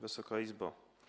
Wysoka Izbo!